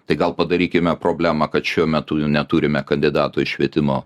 tai gal padarykime problemą kad šiuo metu jų neturime kandidatų į švietimo